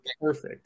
perfect